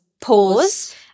pause